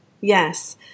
Yes